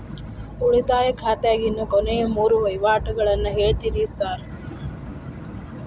ಉಳಿತಾಯ ಖಾತ್ಯಾಗಿನ ಕೊನೆಯ ಮೂರು ವಹಿವಾಟುಗಳನ್ನ ಹೇಳ್ತೇರ ಸಾರ್?